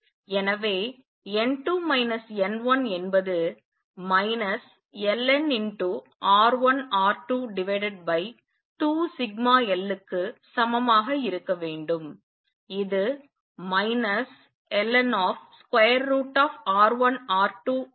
எனவே n2 n1 என்பது lnR1R22l க்கு சமமாக இருக்க வேண்டும் இது ln√ σl க்கு சமம்